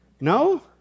No